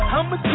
I'ma